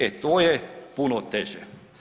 E to je puno teže.